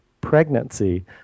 pregnancy